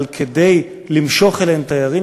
אבל כדי למשוך אליה תיירים,